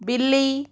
बिल्ली